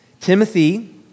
Timothy